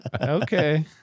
Okay